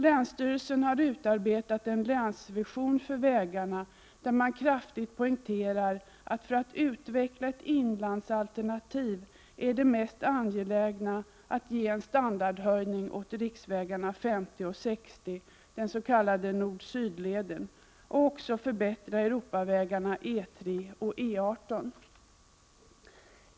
Länsstyrelsen har utarbetat en länsvision för vägarna där man kraftigt poängterar att för att utveckla ett inlandsalternativ är det mest angelägna att ge en standardhöjning åt riksvägarna 50 och 60, den s.k. nord—syd-leden, och också förbättra Europavägarna E 3 och E 18.